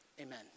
Amen